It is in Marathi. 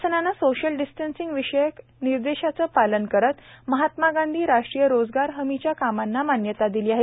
शासनाने सोशल डिस्टन्सिंग विषयक निर्देशाचे पालन करत महात्मा गांधी राष्ट्रीय रोजगार हमीच्या कामांना मान्यता दिली आहे